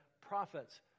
prophets